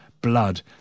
blood